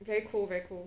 very cold very cold